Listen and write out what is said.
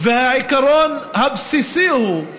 והעיקרון הבסיסי הוא,